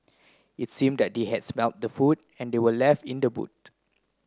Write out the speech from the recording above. it seemed that they had smelt the food that were left in the boot